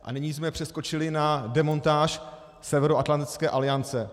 A nyní jsme přeskočili na demontáž Severoatlantické aliance.